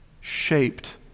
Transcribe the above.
shaped